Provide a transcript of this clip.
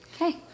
Okay